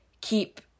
keep